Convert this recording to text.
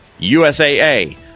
USAA